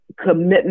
commitment